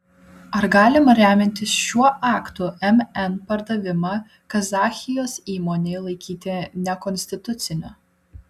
ar galima remiantis šiuo aktu mn pardavimą kazachijos įmonei laikyti nekonstituciniu